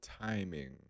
timing